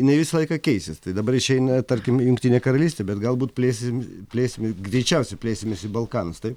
jinai visą laiką keisis tai dabar išeina tarkim jungtinė karalystė bet galbūt plėsim plėsimė greičiausiai plėsimės į balkanus taip